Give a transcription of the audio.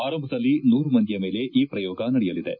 ಆರಂಭದಲ್ಲಿ ನೂರು ಮಂದಿಯ ಮೇಲೆ ಈ ಪ್ರಯೋಗ ನಡೆಯಲಿವೆ